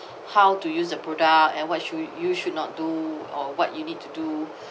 how to use the product and what should you should not do or what you need to do